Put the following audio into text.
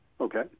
Okay